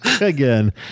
Again